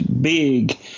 big